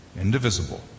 indivisible